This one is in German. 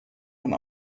von